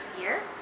year